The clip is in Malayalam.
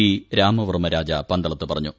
്രാമവർമ്മ രാജ പന്തളത്ത് പറഞ്ഞു